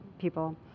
people